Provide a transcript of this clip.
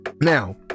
now